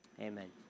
Amen